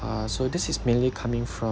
uh so this is mainly coming from